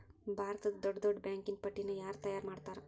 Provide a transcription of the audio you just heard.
ಭಾರತದ್ದ್ ದೊಡ್ಡ್ ದೊಡ್ಡ್ ಬ್ಯಾಂಕಿನ್ ಪಟ್ಟಿನ ಯಾರ್ ತಯಾರ್ಮಾಡ್ತಾರ?